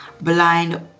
blind